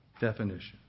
definition